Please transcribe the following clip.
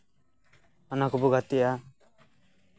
ᱚᱱᱟ ᱠᱚᱠᱚ ᱜᱟᱛᱮᱜᱼᱟ